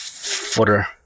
footer